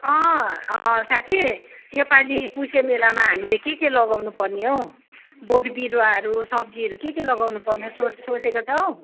साथी यो पालि पुषे मेलामा हामीले के के लगाउनु पर्ने हौ बोट बिरुवाहरू सब्जीहेरू के के लगाउनु पर्ने हो सो सोचेको छौ